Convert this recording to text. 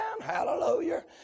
hallelujah